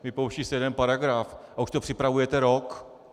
Vypouští se jeden paragraf a už to připravujete rok.